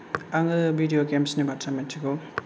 आङो भिदिअ गेम्सनि बाथ्रा मिन्थिगौ